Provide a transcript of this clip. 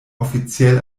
offiziell